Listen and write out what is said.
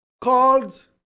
called